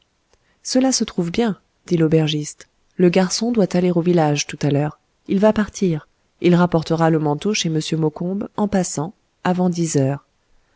cela se trouve bien dit l'aubergiste le garçon doit aller au village tout à l'heure il va partir il rapportera le manteau chez m maucombe en passant avant dix heures